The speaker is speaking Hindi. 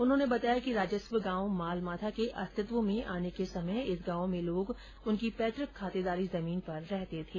उन्होंने बताया कि राजस्व गांव मालमाथा के अस्तित्व में आने के समय इस गांव में लोग उनकी पैतक खातेदारी जमीन पर रहते थे